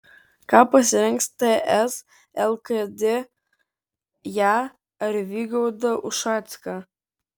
ką pasirinks ts lkd ją ar vygaudą ušacką